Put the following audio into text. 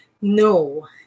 no